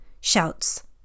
shouts